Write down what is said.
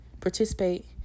participate